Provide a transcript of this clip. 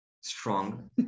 strong